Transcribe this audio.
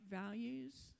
values